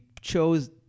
chose